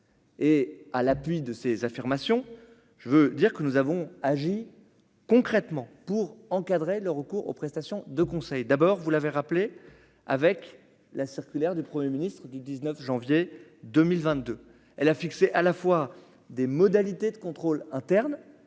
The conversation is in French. Et à l'appui de ses affirmations, je veux dire que nous avons agi concrètement pour encadrer le recours aux prestations de conseil, d'abord, vous l'avez rappelé avec la circulaire du Premier Ministre du 19 janvier 2022 elle a fixé, à la fois des modalités de contrôle interne